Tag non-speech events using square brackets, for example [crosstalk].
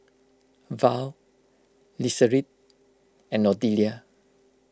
Val [unintelligible] and Odelia